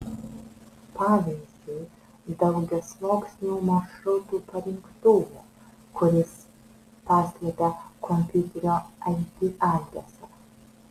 pavyzdžiui daugiasluoksniu maršrutų parinktuvu kuris paslepia kompiuterio ip adresą